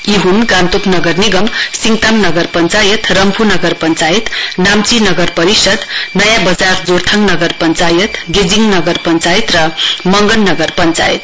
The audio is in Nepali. यी हुन् गान्तोक नगर निगम सिङताम नगर पञ्चायत रम्फू नगर पञ्चायत नाम्ची नगर परिषद नयाँ वजार जोरथाङ नगर पञ्चायत गेजिङ नगर पञ्चायत र मंगन नगर पञ्चायत